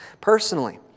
personally